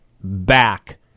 back